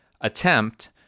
attempt